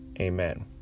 Amen